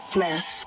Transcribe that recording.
Smith